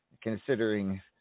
considering